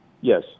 Yes